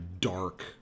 dark